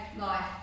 life